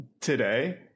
today